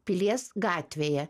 pilies gatvėje